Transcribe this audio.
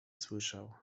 słyszał